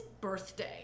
birthday